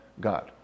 God